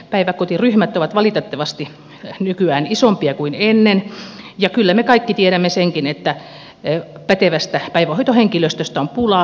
päiväkotiryhmät ovat valitettavasti nykyään isompia kuin ennen ja kyllä me kaikki tiedämme senkin että pätevästä päivähoitohenkilöstöstä on pulaa sijaisia ei saa ottaa